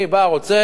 אני בא ורוצה